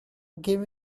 give